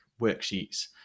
worksheets